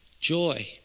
joy